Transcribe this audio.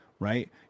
right